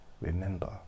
remember